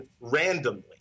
randomly